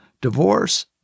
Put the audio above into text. divorce